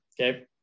Okay